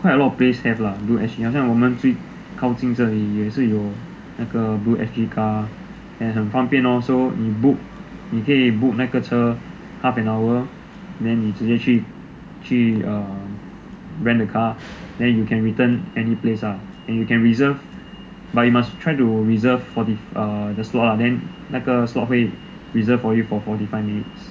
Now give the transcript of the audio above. quite a lot of place have lah blue S_G 好像我们靠近这里也是有那个 blue S_G car and 很方便 lor so 你 book 你可以 book 那个车 half an hour then 你直接去去 err rent a car rent a car then you can return any place ah and you can reserve but you must try to reserve forty ah the slot ah then 那个 slot 会 reserved for you for forty five minutes